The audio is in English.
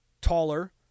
taller